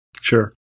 sure